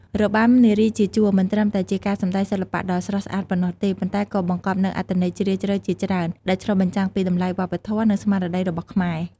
របាំនារីជាជួរ មិនត្រឹមតែជាការសម្តែងសិល្បៈដ៏ស្រស់ស្អាតប៉ុណ្ណោះទេ ប៉ុន្តែក៏បង្កប់នូវអត្ថន័យជ្រាលជ្រៅជាច្រើន ដែលឆ្លុះបញ្ចាំងពីតម្លៃវប្បធម៌ និងស្មារតីរបស់ខ្មែរ។